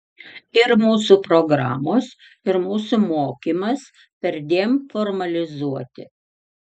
ir mūsų programos ir mūsų mokymas perdėm formalizuoti